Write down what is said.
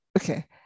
okay